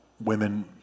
women